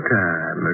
time